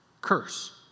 curse